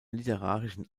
literarischen